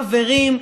חברים,